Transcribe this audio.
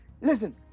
Listen